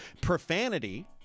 Profanity